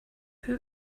who